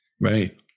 Right